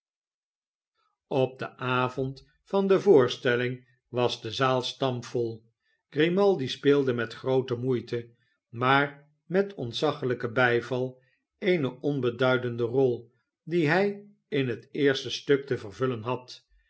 op den avond van de voorstelling was de zaal stampvol grimaldi speelde met groote moeite maar met ontzaglijken bijval eene onbeduidende rol die hij in het eerste stuk te vervullen had